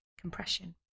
compression